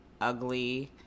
ugly